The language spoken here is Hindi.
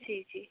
जी जी